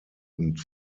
und